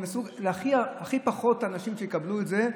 הם ניסו שהכי פחות אנשים יקבלו את זה.